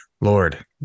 Lord